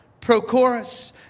Prochorus